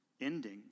ending